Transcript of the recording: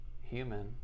human